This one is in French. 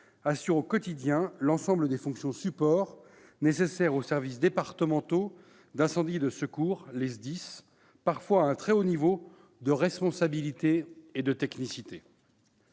assurent au quotidien l'ensemble des fonctions support nécessaires aux services départementaux d'incendie et de secours, les SDIS, parfois à un très haut niveau de responsabilité et de technicité.